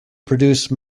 produce